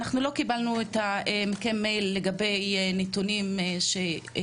אנחנו לא קיבלנו מכם את המייל לגבי הנתונים שביקשנו,